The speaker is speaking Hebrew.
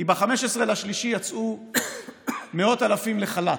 ב-15 במרץ יצאו מאות אלפים לחל"ת,